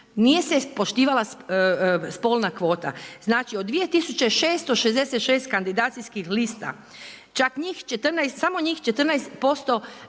nije se poštivala spolna kvota. Znači od 2666 kandidacijskih lista čak njih 14,